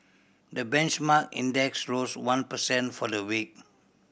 the benchmark index rose one per cent for the week